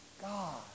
God